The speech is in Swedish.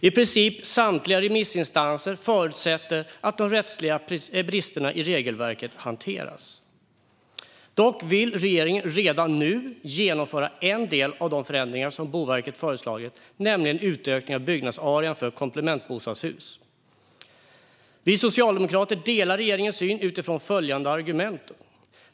I princip samtliga remissinstanser förutsätter att de rättsliga bristerna i regelverket hanteras. Dock vill regeringen redan nu genomföra en del av de förändringar som Boverket föreslagit, nämligen utökningen av byggnadsarean för komplementbostadshus. Vi socialdemokrater delar regeringens syn utifrån följande argument.